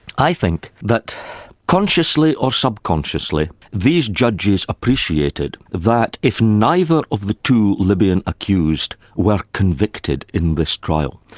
i think that consciously or subconsciously, these judges appreciated that if neither of the two libyan accused were convicted in this trial,